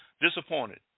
disappointed